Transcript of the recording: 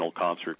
concert